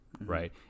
right